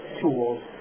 tools